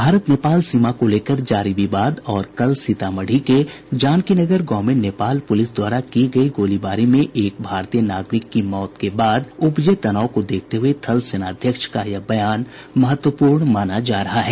भारत नेपाल सीमा को लेकर जारी विवाद और कल सीतामढ़ी के जानकीनगर गांव में नेपाल पुलिस द्वारा की गई गोलीबारी में एक भारतीय नागरिक की मौत के बाद उपजे तनाव को देखते हुये थलसेना अध्यक्ष का यह बयान महत्वपूर्ण माना जा रहा है